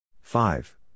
five